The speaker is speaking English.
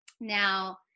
Now